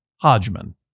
Hodgman